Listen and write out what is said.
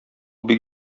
бик